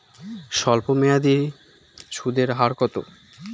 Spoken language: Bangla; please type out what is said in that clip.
স্বল্পমেয়াদী সুদের হার কত?